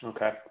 Okay